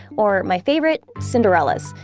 or my favorite cinderellas,